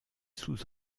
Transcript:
sous